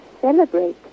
celebrate